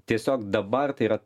tiesiog dabar tai yra